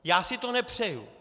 Já si to nepřeju.